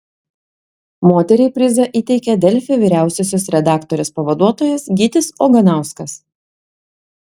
moteriai prizą įteikė delfi vyriausiosios redaktorės pavaduotojas gytis oganauskas